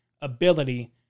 ability